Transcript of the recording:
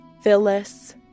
Phyllis